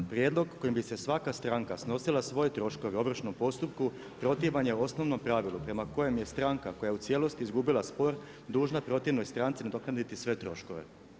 Prijedlog kojim bi se svaka stranka snosila svoje troškove u ovršnom postupku protivan je osnovnom pravilu prema kojem je stranka koja je u cijelosti izgubila spor dužna protivnoj stranci nadoknaditi sve troškove.